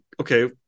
okay